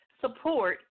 support